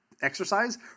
exercise